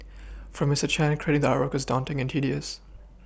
for Mister Chan creating the artwork was daunting and tedious